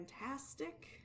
fantastic